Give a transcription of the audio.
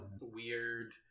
weird